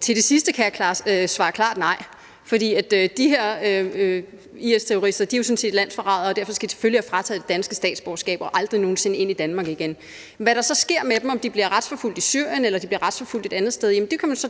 Til det sidste kan jeg svare klart nej, for de her IS-terrorister er jo sådan set landsforrædere, og derfor skal de selvfølgelig have frataget det danske statsborgerskab og aldrig nogen sinde ind i Danmark igen. Hvad der så sker med dem – om de bliver retsforfulgt i Syrien, eller de bliver retsforfulgt et andet sted – jamen det kan man så